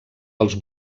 als